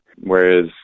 Whereas